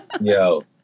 Yo